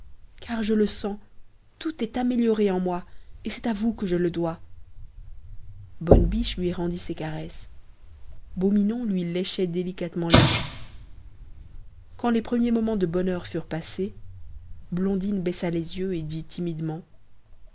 car je le sens tout est amélioré en moi et c'est à vous que je le dois bonne biche lui rendit ses caresses beau minon lui léchait délicatement les mains quand les premiers moments de bonheur furent passés blondine baissa les yeux et dit timidement